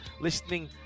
listening